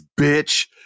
bitch